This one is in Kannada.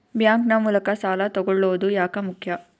ಬ್ಯಾಂಕ್ ನ ಮೂಲಕ ಸಾಲ ತಗೊಳ್ಳೋದು ಯಾಕ ಮುಖ್ಯ?